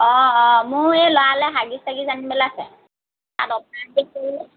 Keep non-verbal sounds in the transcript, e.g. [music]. অ অ মোৰ এই ল'ৰালৈ হাগিচ চাগিচ আনিবলৈ আছে তাত অ'ফাৰত [unintelligible] যে